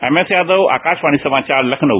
M S Yadav Akashvani समाचार तखनऊ